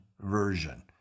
version